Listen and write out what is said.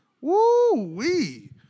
Woo-wee